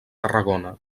tarragona